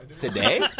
Today